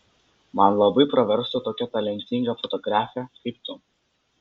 man labai praverstų tokia talentinga fotografė kaip tu